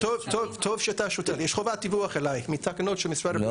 יש חובת דיווח אליי מתקנות של משרד הבריאות.